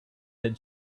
had